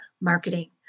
Marketing